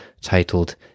titled